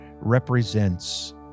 represents